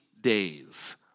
days